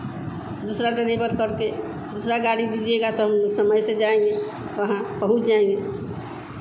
दूसरा डरेवर करके दूसरा गाड़ी भेजिएगा तो हम समय से जाएंगे वहाँ पहुँच जाएंगे